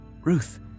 Ruth